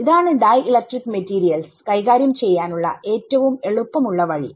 ഇതാണ് ഡൈഇലക്ട്രിക്lമെറ്റീരിയൽസ് കൈകാര്യം ചെയ്യാനുള്ള ഏറ്റവും എളുപ്പം ഉള്ള വഴി